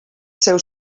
seu